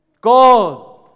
God